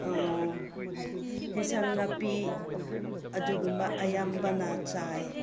ꯑꯦꯟꯁꯥꯡ ꯅꯥꯄꯤ ꯑꯗꯨꯒꯨꯝꯕ ꯑꯌꯥꯝꯕꯅ ꯆꯥꯏ